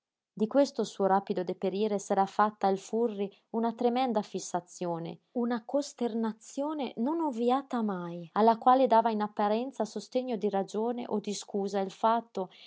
di questo suo rapido deperire s'era fatta il furri una tremenda fissazione una costernazione non ovviata mai alla quale dava in apparenza sostegno di ragione o di scusa il fatto